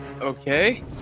Okay